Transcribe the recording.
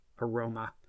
aroma